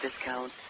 discount